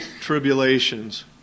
tribulations